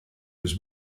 was